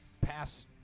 pass